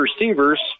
receivers